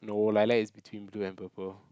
no lilac is between blue and purple